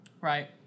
Right